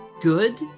good